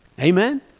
Amen